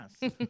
yes